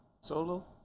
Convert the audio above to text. Solo